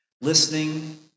Listening